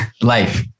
life